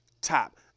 top